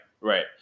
Right